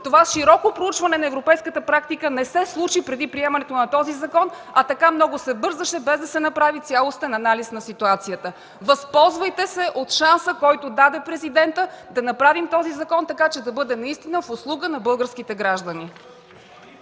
това широко проучване на европейската практика не се случи преди приемането на този закон, а така много се бързаше, без да се направи цялостен анализ на ситуацията. Възползвайте се от шанса, който даде Президентът, да направим този закон така, че да бъде наистина в услуга на българските граждани.